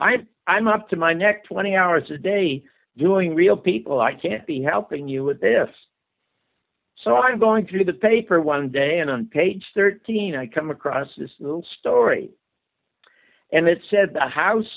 i'm i'm up to my neck twenty hours a day doing real people i can't be helping you with this so i'm going through the paper one day and on page thirteen i come across this story and it said the house